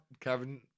Kevin